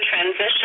transition